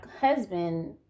husband